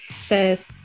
says